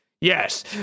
Yes